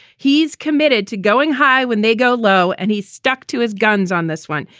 he's committed to going high when they go low. and he stuck to his guns on this one.